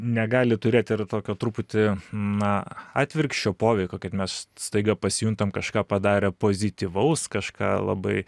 negali turėt ir tokio truputį na atvirkščio poveikio kad mes staiga pasijuntam kažką padarę pozityvaus kažką labai